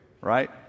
right